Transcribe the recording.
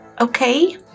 okay